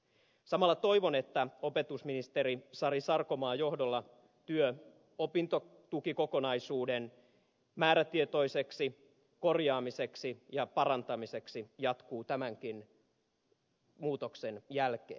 samalla toivon että opetusministeri sari sarkomaan johdolla työ opintotukikokonaisuuden määrätietoiseksi korjaamiseksi ja parantamiseksi jatkuu tämänkin muutoksen jälkeen